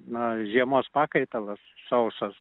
na žiemos pakaitalas sausas